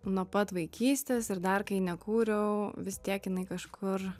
nuo pat vaikystės ir dar kai nekūriau vis tiek jinai kažkur